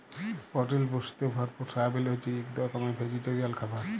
পরটিল পুষ্টিতে ভরপুর সয়াবিল হছে ইক রকমের ভেজিটেরিয়াল খাবার